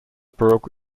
broke